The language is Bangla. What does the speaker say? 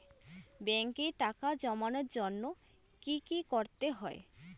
ব্যাংকে টাকা জমানোর জন্য কি কি করতে হয়?